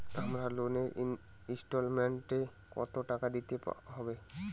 আমার লোনের ইনস্টলমেন্টৈ কত টাকা দিতে হবে?